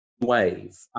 wave